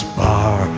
bar